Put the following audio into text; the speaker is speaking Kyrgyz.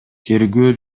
тергөө